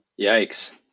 Yikes